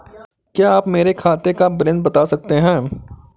क्या आप मेरे खाते का बैलेंस बता सकते हैं?